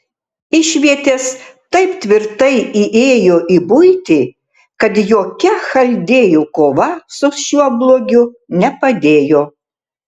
išvietės taip tvirtai įėjo į buitį kad jokia chaldėjų kova su šiuo blogiu nepadėjo